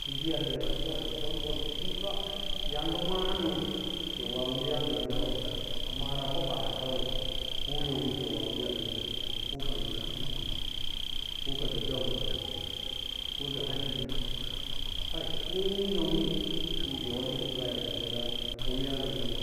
ki yi yar ɓeta ɓol-ɓol-ɓol-ɓol u ka yaa ngɚ ma’à mee kɚi woa wiiyaa ngnirawaa mara koɓaara kawai koyàmni ki yi woa wiiyaa ngani ko ka ndɚ kubu, ko ka ndɚ jauro ko ndɚ hakimi kai ko ndɚ yàmni mee ngɚ yau mee kɚ ngaa yara a wiiyas ngani nɚ